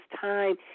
time